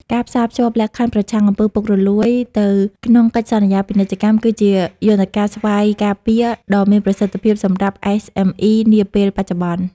ការផ្សារភ្ជាប់លក្ខខណ្ឌ "ប្រឆាំងអំពើពុករលួយ" ទៅក្នុងកិច្ចសន្យាពាណិជ្ជកម្ម គឺជាយន្តការស្វ័យការពារដ៏មានប្រសិទ្ធភាពសម្រាប់ SME នាពេលបច្ចុប្បន្ន។